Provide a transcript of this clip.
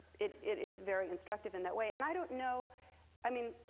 it it is very instructive in that way. and i don't know i mean,